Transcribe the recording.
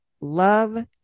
love